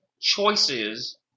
choices